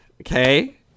Okay